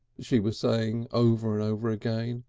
she was saying over and over again.